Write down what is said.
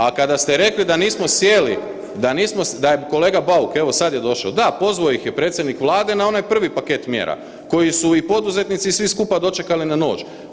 A kada ste rekli da nismo sjeli, da nismo, da je, kolega Bauk, evo sad je došao, da pozvao ih je predsjednik Vlade na onaj prvi paket mjera koji su i poduzetnici i svi skupa dočekali na nož.